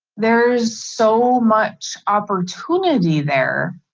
there's so much opportunity there.